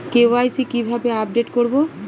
KYC কিভাবে update করব?